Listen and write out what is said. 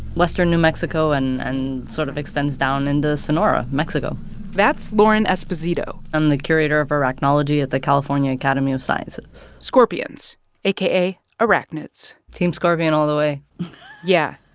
western new mexico and and sort of extends down into sonora, mexico that's lauren esposito i'm the curator of arachnology at the california academy of sciences scorpions aka arachnids team scorpion all the way yeah,